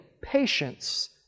patience